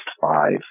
five